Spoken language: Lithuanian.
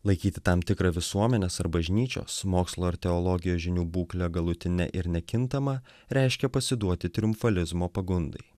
laikyti tam tikrą visuomenės ar bažnyčios mokslo ir teologijos žinių būklę galutine ir nekintama reiškia pasiduoti triumfalizmo pagundai